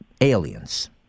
aliens